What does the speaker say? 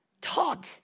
talk